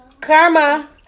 Karma